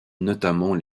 notamment